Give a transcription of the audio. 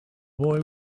boy